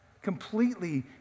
completely